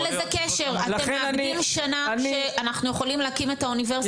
אתם מאבדים שנה שאנחנו יכולים להקים את האוניברסיטה.